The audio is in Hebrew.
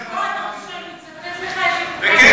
בוא, אתה רוצה שאני אצטט לך את זה?